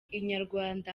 inyarwanda